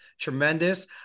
tremendous